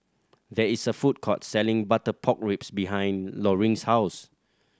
there is a food court selling butter pork ribs behind Loring's house